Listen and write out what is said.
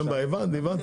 הבנתי, הבנתי.